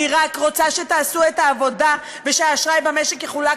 אני רק רוצה שתעשו את העבודה ושהאשראי במשק יחולק